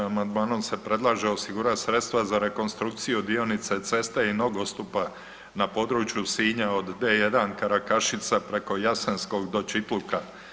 Amandmanom se predlaže osigurat sredstva za rekonstrukciju dionica i ceste i nogostupa na području Sinja od D-1 Karakašica preko Jasenskog do Čitluka.